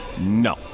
No